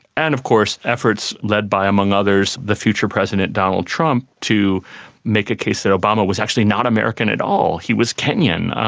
and of course efforts led by, among others, the future president donald trump, to make a case that obama was actually not american at all, he was kenyan,